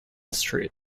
street